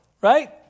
Right